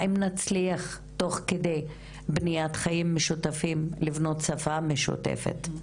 האם נצליח תוך כדי בניית חיים משותפים לבנות שפה משותפת,